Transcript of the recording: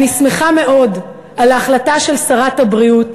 אני שמחה מאוד על ההחלטה של שרת הבריאות